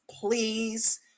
please